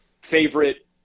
favorite